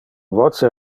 voce